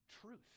truth